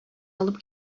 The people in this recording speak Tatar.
алып